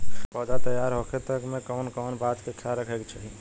पौधा तैयार होखे तक मे कउन कउन बात के ख्याल रखे के चाही?